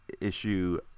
issue